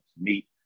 meet